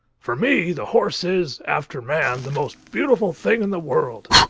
for me, the horse is, after man, the most beautiful thing in the world.